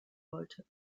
wollte